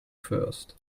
first